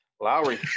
Lowry